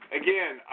again